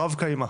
"רב קיימא".